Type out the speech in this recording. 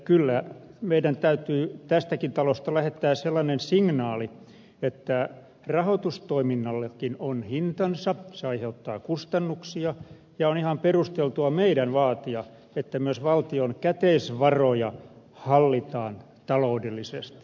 kyllä meidän täytyy tästäkin talosta lähettää sellainen signaali että rahoitustoiminnallekin on hintansa se aiheuttaa kustannuksia ja on ihan perusteltua meidän vaatia että myös valtion käteisvaroja hallitaan taloudellisesti